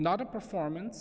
not a performance